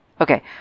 Okay